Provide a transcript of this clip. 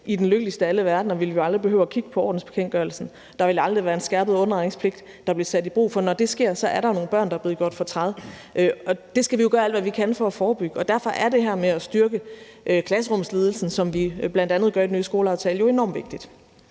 i den lykkeligste af alle verdener ville vi aldrig behøve at kigge på ordensbekendtgørelsen, for der ville aldrig være en skærpet underretningspligt, der blev taget i brug, for når det sker, er der nogle børn, der er blevet gjort fortræd. Det skal vi jo gøre alt, hvad vi kan, for at forebygge, og derfor er det her med at styrke klasserumsledelsen, som vi bl.a. gør i den nye skoleaftale, enormt vigtigt.